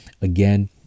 again